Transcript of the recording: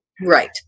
Right